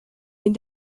dem